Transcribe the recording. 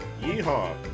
yeehaw